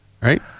right